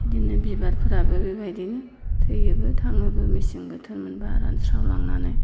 बेदिनो बिबारफोराबो बेबायदिनो थैयोबो थाङोबो मेसें बोथोर मोनब्ला रानस्रावलांनानै